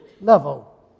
level